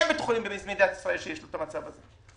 אין בית חולים במדינת ישראל שיש לו את המצב הזה,